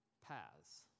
Paths